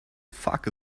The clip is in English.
fuck